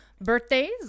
birthdays